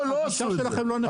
הגישה שלכם לא נכונה.